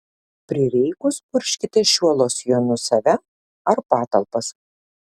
prireikus purkškite šiuo losjonu save ar patalpas